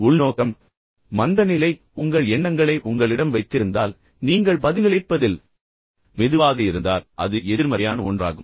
உள்நோக்கம் மற்றும் மந்தநிலை அதாவது உங்கள் எண்ணங்களை உங்களிடம் வைத்திருந்தால் நீங்கள் பதிலளிப்பதில் மிகவும் மெதுவாக இருந்தால் அது எதிர்மறையான ஒன்றாகும்